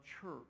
church